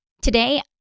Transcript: Today